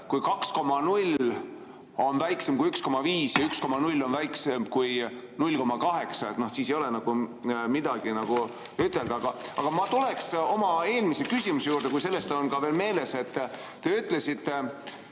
kui 2,0 on väiksem kui 1,5 ja 1,0 on väiksem kui 0,8, siis ei ole nagu midagi ütelda. Aga ma tuleksin oma eelmise küsimuse juurde, kui see on veel meeles. Te ütlesite,